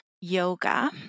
yoga